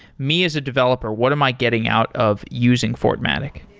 me as a developer, what am i getting out of using fortmatic?